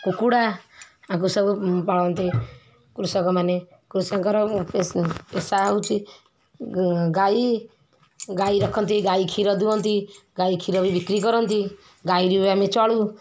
କୁକୁଡ଼ା ଆକୁ ସବୁ ପାଳନ୍ତି କୃଷକମାନେ କୃଷକଙ୍କର ପେଶା ହେଉଛି ଗାଈ ଗାଈ ରଖନ୍ତି ଗାଈ କ୍ଷୀର ଦୁଅନ୍ତି ଗାଈ କ୍ଷୀର ବି ବିକ୍ରି କରନ୍ତି ଗାଈରୁ ବି ଆମେ ଚଳୁ